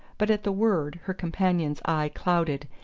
but at the word her companion's eye clouded,